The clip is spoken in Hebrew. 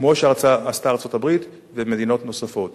כמו שעשו ארצות-הברית ומדינות נוספות.